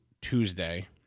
Tuesday